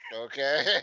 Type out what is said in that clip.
Okay